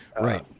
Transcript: Right